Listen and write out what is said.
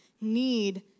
need